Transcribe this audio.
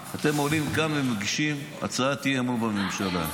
אתם עולים לכאן ומגישים הצעת אי-אמון בממשלה.